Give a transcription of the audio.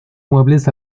muebles